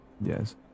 Yes